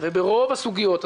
וברוב הסוגיות.